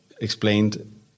explained